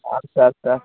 ହଁ sir sir